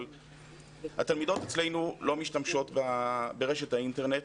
אבל התלמידות אצלנו לא משתמשות ברשת האינטרנט,